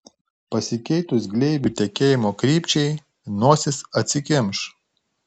pasikeitus gleivių tekėjimo krypčiai nosis atsikimš